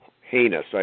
heinous